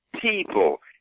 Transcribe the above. people